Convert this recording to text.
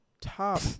top